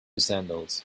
sandals